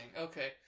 okay